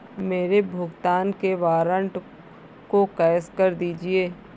मेरे भुगतान के वारंट को कैश कर दीजिए